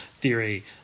theory